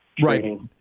Right